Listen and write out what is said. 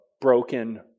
broken